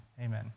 amen